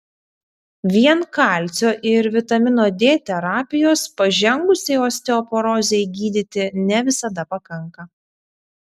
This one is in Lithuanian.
vien kalcio ir vitamino d terapijos pažengusiai osteoporozei gydyti ne visada pakanka